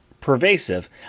pervasive